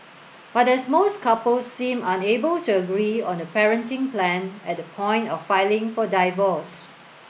but as most couples seemed unable to agree on the parenting plan at the point of filing for divorce